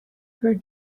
her